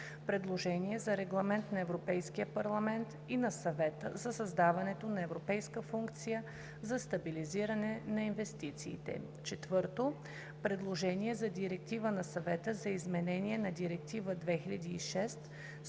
Предложение за Регламент на Европейския парламент и на Съвета за създаването на Европейска функция за стабилизиране на инвестициите. 4. Предложение за Директива на Съвета за изменение на Директива 2006/112/ЕО